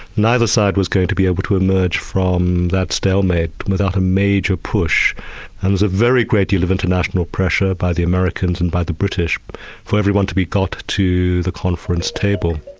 neither side was going to be able to emerge from that stalemate without a major push and there was a very great deal of international pressure by the americans and by the british for everyone to be got to the conference table.